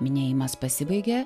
minėjimas pasibaigė